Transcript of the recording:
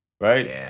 right